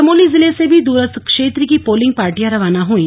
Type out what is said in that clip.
चमोली जिले से भी दूरस्थ क्षेत्र की पोलिंग पार्टियां रवाना हुईं